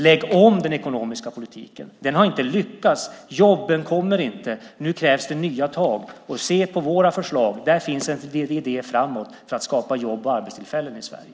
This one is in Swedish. Lägg om den ekonomiska politiken! Den har inte lyckats. Jobben kommer inte. Nu krävs det nya tag. Se på våra förslag! Där finns så att säga en idé framåt när det gäller att skapa jobb och arbetstillfällen i Sverige.